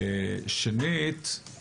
שנית,